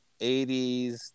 80s